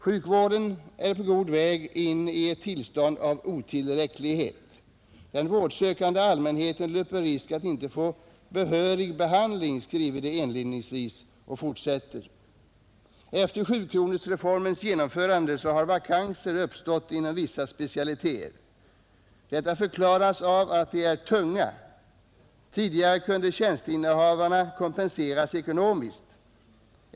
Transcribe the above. ——— Sjukvården är på god väg in i ett tillstånd av otillräcklighet, den vårdsökande allmänheten löper risk att inte få behörig behandling. ——— Efter 7-kronorsreformens genomförande har vakanser uppstått inom vissa specialiteter. Detta förklaras av att de är ”tunga'”. Tidigare kunde tjänsteinnehavarna kompenseras ekonomiskt.